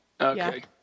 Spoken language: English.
Okay